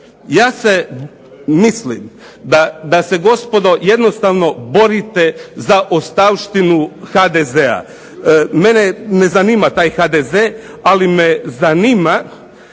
Ja se mislim da se gospodo jednostavno borite za ostavštinu HDZ-a. mene ne zanima taj HDZ ali me zanima